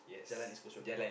Jalan East-Coast Road